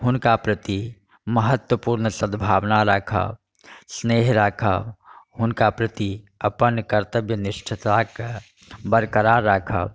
हुनका प्रति महत्वपूर्ण सद्भावना राखब स्नेह राखब हुनका प्रति अपन कर्तव्यनिष्ठताके बरकरार राखब